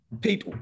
Pete